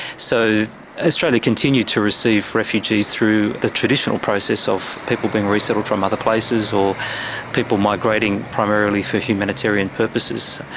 so australia continued to receive refugees through the traditional process of people being resettled from other places or people migrating primarily for humanitarian purposes.